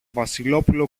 βασιλόπουλο